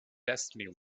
destiny